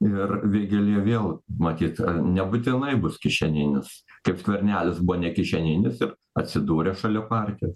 ir vėgėlė vėl matyt nebūtinai bus kišeninis kaip skvernelis buvo nekišeninis atsidūrė šalia parke